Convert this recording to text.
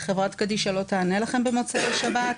חברת קדישא לא תענה לכן במוצאי שבת,